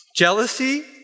Jealousy